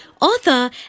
Author